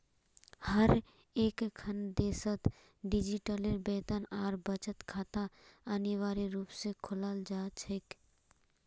हर एकखन देशत डिजिटल वेतन और बचत खाता अनिवार्य रूप से खोलाल जा छेक